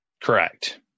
Correct